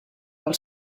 del